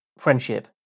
friendship